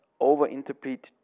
over-interpret